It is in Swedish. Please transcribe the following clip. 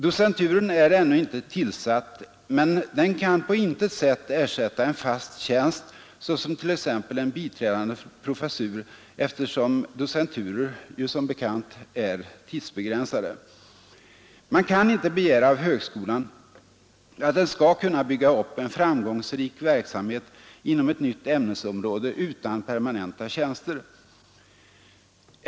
Docenturen är ännu inte tillsatt, men den kan på intet sätt ersätta en fast tjänst såsom t.ex. en biträdande professur, eftersom docenturer som bekant är tidsbegränsade. Man kan inte begära av högskolan att den skall kunna bygga upp en framgångsrik verksamhet inom ett nytt ämnesområde utan permanenta tjänster.